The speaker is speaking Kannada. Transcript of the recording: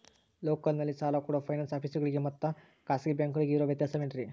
ಲೋಕಲ್ನಲ್ಲಿ ಸಾಲ ಕೊಡೋ ಫೈನಾನ್ಸ್ ಆಫೇಸುಗಳಿಗೆ ಮತ್ತಾ ಖಾಸಗಿ ಬ್ಯಾಂಕುಗಳಿಗೆ ಇರೋ ವ್ಯತ್ಯಾಸವೇನ್ರಿ?